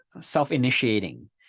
self-initiating